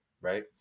right